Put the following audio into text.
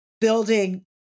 building